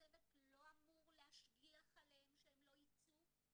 הצוות לא אמור להשגיח עליהם שהם לא ייצאו.